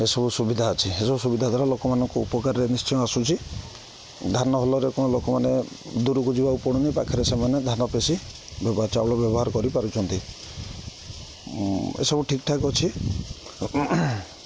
ଏସବୁ ସୁବିଧା ଅଛି ଏସବୁ ସୁବିଧା ଦ୍ୱାରା ଲୋକମାନଙ୍କୁ ଉପକାରରେ ନିଶ୍ଚୟ ଆସୁଛି ଧାନ ଭଲରେ କ'ଣ ଲୋକମାନେ ଦୂରକୁ ଯିବାକୁ ପଡ଼ୁନି ପାଖରେ ସେମାନେ ଧାନ ପେଶିବ ଚାଉଳ ବ୍ୟବହାର କରିପାରୁଛନ୍ତି ଏସବୁ ଠିକ୍ ଠାକ୍ ଅଛି